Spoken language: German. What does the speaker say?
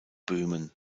böhmen